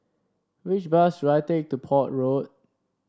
which bus should I take to Port Road